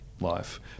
life